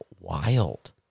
wild